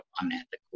unethical